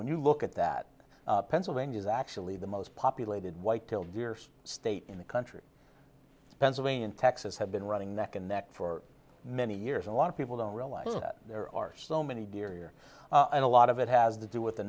when you look at that pennsylvania is actually the most populated white tail deer state in the country pennsylvania and texas have been running neck and neck for many years and a lot of people don't realize that there are so many deer and a lot of it has to do with the